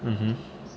mmhmm